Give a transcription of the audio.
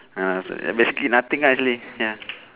ah so basically nothing ah actually ya